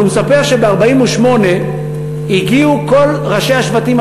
אבל הוא מספר שב-1948 הגיעו כל ראשי השבטים